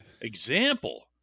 example